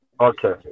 Okay